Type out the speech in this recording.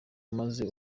maze